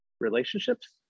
relationships